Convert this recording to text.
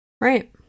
Right